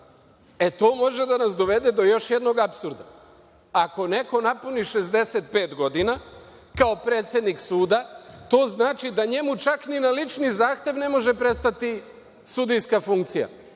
E, to može da nas dovede do još jednog apsurda. Ako neko napuni 65 godina, kao predsednik suda, to znači da njemu čak ni na lični zahtev ne može prestati sudijska funkcija.